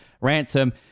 ransom